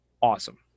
awesome